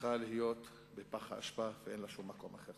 צריכה להיות בפח האשפה, ואין לה שום מקום אחר.